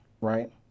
right